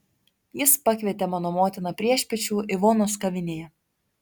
jis pakvietė mano motiną priešpiečių ivonos kavinėje